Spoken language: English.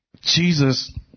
Jesus